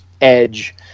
edge